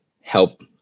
help